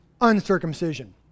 uncircumcision